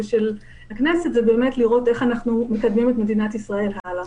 ושל הכנסת זה באמת לראות איך אנחנו מקדמים את מדינת ישראל הלאה.